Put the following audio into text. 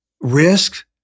risk